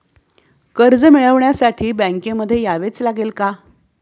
कर्ज मिळवण्यासाठी बँकेमध्ये यावेच लागेल का?